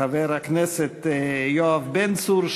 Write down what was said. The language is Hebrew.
חבר הכנסת יואב בן צור,